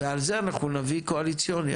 כשאנחנו אומרים מה זה קיצוץ רוחבי זה